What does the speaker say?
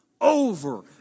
over